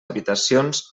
habitacions